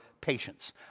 patience